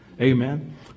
Amen